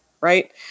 Right